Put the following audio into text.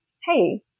hey